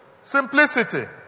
Simplicity